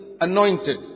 anointed